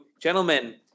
gentlemen